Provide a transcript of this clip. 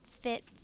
fit